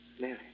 Mary